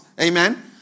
Amen